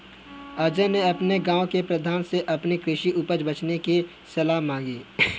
अजय ने अपने गांव के प्रधान से अपनी कृषि उपज बेचने की सलाह मांगी